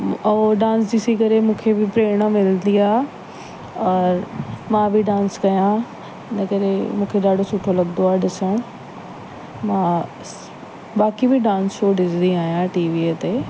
और डांस ॾिसी करे मूंखे बि प्रेरणा मिलंदी आहे और मां बि डांस कया आहिनि इनकरे मूंखे ॾाढो सुठो लॻंदो आहे ॾिसण मां बाक़ी बि डांस शो ॾिसंदी आहियां टीवीअ ते